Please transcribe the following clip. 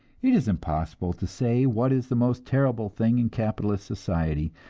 it is impossible to say what is the most terrible thing in capitalist society,